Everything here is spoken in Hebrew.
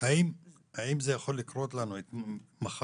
האם זה יכול לקרות לנו מחר,